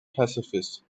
pacifist